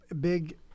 big